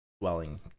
dwelling